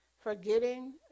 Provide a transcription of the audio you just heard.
forgetting